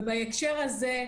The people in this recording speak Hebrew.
בהקשר הזה,